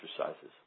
exercises